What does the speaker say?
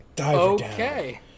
Okay